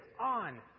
on